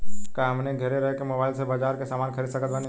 का हमनी के घेरे रह के मोब्बाइल से बाजार के समान खरीद सकत बनी?